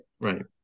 Right